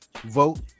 vote